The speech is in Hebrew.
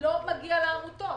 לא מגיע לעמותות.